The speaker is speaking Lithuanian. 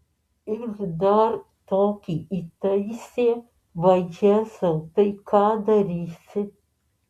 ir dar tokį įtaisė vajezau tai ką darysi